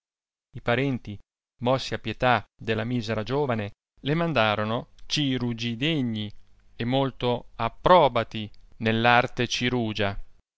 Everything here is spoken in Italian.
i parenti mossi a pietà della misera giovane le mandarono cirugi degni e molto approbati nell'arte cirugia